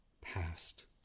past